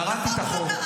קראתי את החוק.